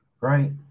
right